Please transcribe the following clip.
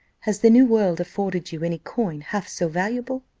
has the new world afforded you any coin half so valuable?